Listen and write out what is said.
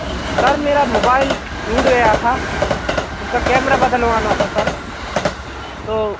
sir मेरा mobile टूट गया था उसका कैमरा बदलवाना था सर तो